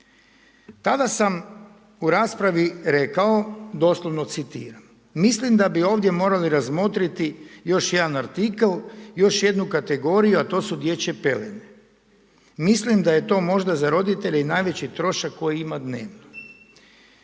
Tada sam u raspravi rekao doslovno citiram: mislim da bi ovdje morali razmotriti još jedan artikl, još jednu kategoriju, a to su dječje pelene. Mislim da je to možda za roditelje i najveći trošak koji ima dnevno.